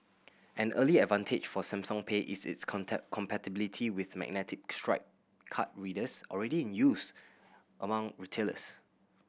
an early advantage for Samsung Pay is its compatibility with magnetic stripe card readers already in use among retailers